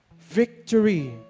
Victory